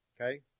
okay